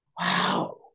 Wow